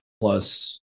plus